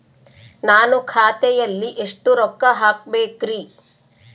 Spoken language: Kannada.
ನಾನು ಖಾತೆಯಲ್ಲಿ ಎಷ್ಟು ರೊಕ್ಕ ಹಾಕಬೇಕ್ರಿ?